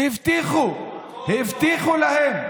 והבטיחו להם: